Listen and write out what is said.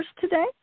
today